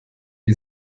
wie